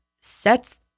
sets